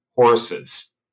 Horses